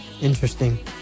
Interesting